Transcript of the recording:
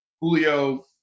Julio